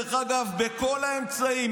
דרך אגב: בכל האמצעים,